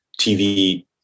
TV